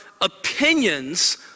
opinions